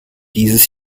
dieses